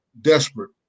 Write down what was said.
desperate